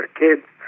kids